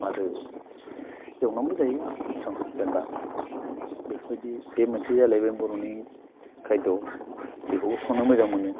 आरो एवनानैबो जायो जेनेबा बेफोरबायदि बे मोनसे जालायबाय बर'नि खायद' बेखौबो संनो मोजां मोनो